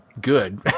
good